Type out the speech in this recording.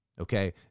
okay